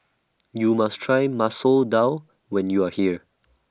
YOU must Try Masoor Dal when YOU Are here